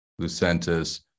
Lucentis